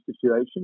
situation